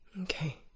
Okay